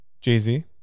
Jay-Z